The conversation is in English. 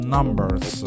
Numbers